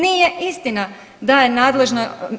Nije istina da je nadležna